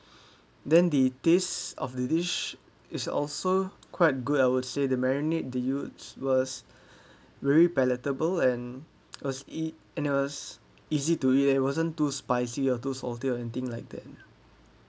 then the taste of the dish is also quite good I would say the marinate they used was very palatable and it was ea~ and it was easy to eat there wasn't too spicy or too salty or anything like that